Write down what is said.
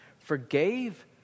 forgave